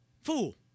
fool